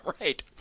Right